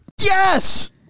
yes